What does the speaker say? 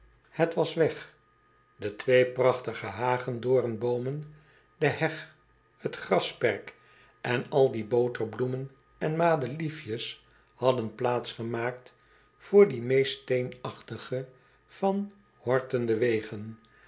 het was weg de twee prachtige hagedoornboomen de heg t grasperk en al die boterbloemen en madeliefjes hadden plaats gemaakt voor dien meest steenachtigen van hortende wegen